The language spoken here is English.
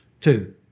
Two